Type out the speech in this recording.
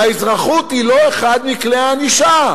האזרחות היא לא אחד מכלי הענישה.